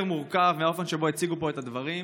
מורכב מהאופן שבו הציגו פה את הדברים.